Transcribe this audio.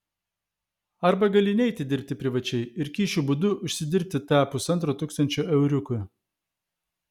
arba gali neiti dirbti privačiai ir kyšių būdu užsidirbti tą pusantro tūkstančio euriukų